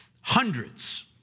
hundreds